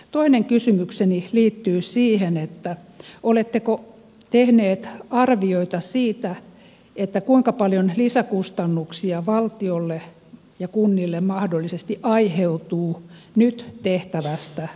toinen kysymykseni liittyy siihen oletteko tehneet arvioita siitä kuinka paljon lisäkustannuksia valtiolle ja kunnille mahdollisesti aiheutuu nyt tehtävästä muutoksesta